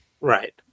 Right